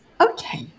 okay